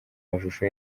mashusho